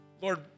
Lord